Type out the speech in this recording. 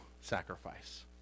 sacrifice